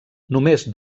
només